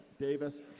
Davis